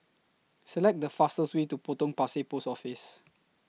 Select The fastest Way to Potong Pasir Post Office